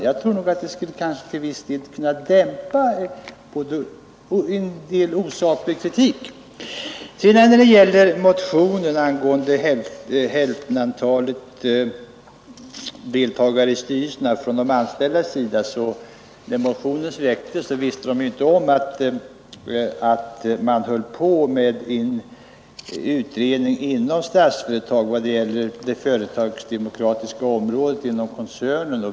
Jag tror nog att vi på detta sätt i viss utsträckning skulle kunna dämpa en del kritik. När motionen angående hälftenrepresentation för de anställda i styrelser för statliga aktiebolag väcktes, visste inte motionärerna att en utredning inom Statsföretag AB ägde rum beträffande verksamheten på det företagsdemokratiska området inom koncernen.